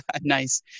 Nice